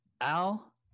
Al